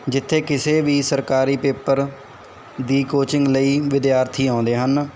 ਜਿੱਥੇ ਕਿਸੇ ਵੀ ਸਰਕਾਰੀ ਪੇਪਰ ਦੀ ਕੋਚਿੰਗ ਲਈ ਵਿਦਿਆਰਥੀ ਆਉਂਦੇ ਹਨ